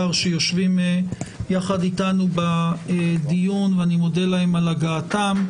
שיושבים יחד אתנו בדיון ואני מודה להם על הגעתם.